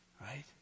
Right